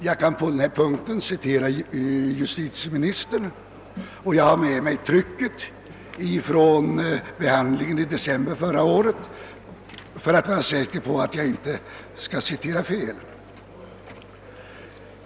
Jag kan på denna punkt citera vad justitieministern sade vid behandlingen av denna fråga i december förra året.